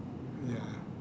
ya